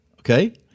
Okay